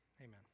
Amen